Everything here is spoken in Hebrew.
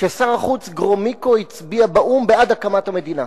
כששר החוץ גרומיקו הצביע באו"ם בעד הקמת המדינה.